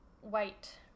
white